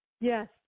Yes